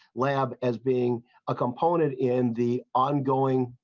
like um as being a component in the ongoing.